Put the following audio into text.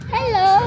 Hello